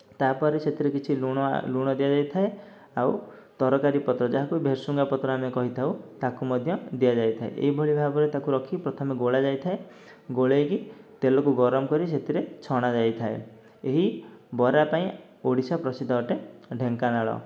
ତାପରେ ସେଥିରେ କିଛି ଲୁଣ ଲୁଣ ଦିଆଯାଇଥାଏ ଆଉ ତରକାରୀ ପତ୍ର ଯାହାକୁ ଭେର୍ସୁଙ୍ଗା ପତ୍ର ଆମେ କହିଥାଉ ତାକୁ ମଧ୍ୟ ଦିଆଯାଇଥାଏ ଏହି ଭଳି ଭାବରେ ତାକୁ ରଖି ପ୍ରଥମେ ଗୋଳା ଯାଇଥାଏ ଗୋଳେଇକି ତେଲକୁ ଗରମ କରି ସେଥିରେ ଛଣା ଯାଇଥାଏ ଏହି ବରା ପାଇଁ ଓଡ଼ିଶା ପ୍ରସିଦ୍ଧ ଅଟେ ଢେଙ୍କାନାଳ